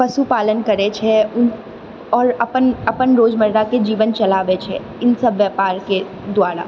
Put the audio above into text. पशुपालन करैत छै आओर अपन अपन रोजमर्राके जीवन चलाबैत छै इनसब व्यापारके द्वारा